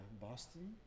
boston